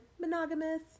monogamous